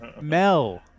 Mel